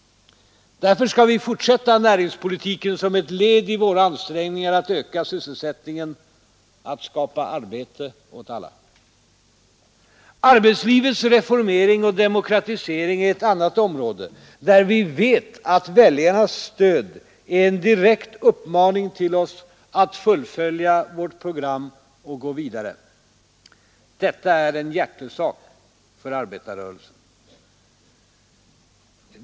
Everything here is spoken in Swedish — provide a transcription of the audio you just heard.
Därför skall vi fortsätta näringspolitiken som ett led i våra ansträngningar att öka sysselsättningen, att skapa arbete åt alla. Arbetslivets reformering och demokratisering är ett annat område där vi vet att väljarnas stöd är en direkt uppmaning till oss att fullfölja vårt program och gå vidare. Detta är en hjärtesak för arbetarrörelsen.